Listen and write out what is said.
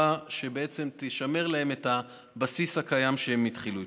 שבעצם תשמר להם את הבסיס הקיים שהם התחילו איתו.